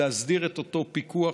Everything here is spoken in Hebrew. להסדיר את אותו פיקוח,